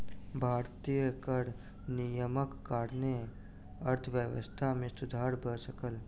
भारतीय कर नियमक कारणेँ अर्थव्यवस्था मे सुधर भ सकल